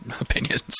opinions